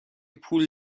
پول